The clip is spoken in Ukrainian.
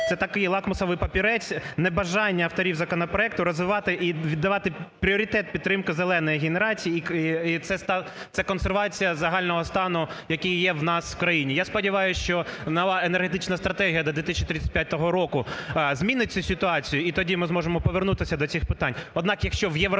це такий лакмусовий папірець небажання авторів законопроекту розвивати і віддавати пріоритет підтримки "зеленої" генерації і це консервація загального стану, який є у нас в країні. Я сподіваюся, що нова енергетична стратегія до 2035 року змінить цю ситуацію, і тоді ми зможемо повернутися до цих питань.